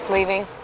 Leaving